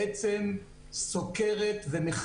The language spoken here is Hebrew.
מה שעלה כאן קודם לגבי היכולת לקבוע את המבחן ולשלוט בתאריכים,